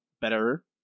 Better